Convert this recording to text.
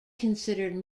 considered